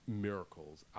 miracles